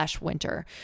winter